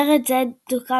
מרד זה דוכא